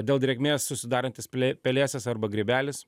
dėl drėgmės susidarantis plė pelėsis arba grybelis